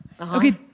Okay